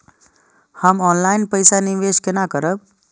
हम ऑनलाइन पैसा निवेश केना करब?